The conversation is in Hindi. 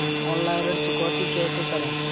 ऑनलाइन ऋण चुकौती कैसे करें?